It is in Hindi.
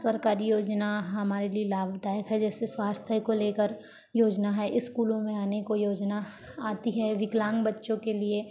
सरकारी योजना हमारे लिए लाभदायक है जैसे स्वास्थ्य को लेकर योजना है स्कूलों में अनेकों योजना आती है विकलाँग बच्चों के लिए